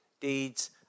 deeds